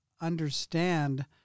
understand